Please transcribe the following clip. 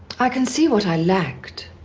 i can see what i lacked.